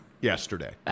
yesterday